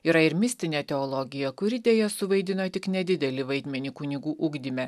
yra ir mistinė teologija kuri deja suvaidino tik nedidelį vaidmenį kunigų ugdyme